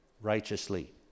righteously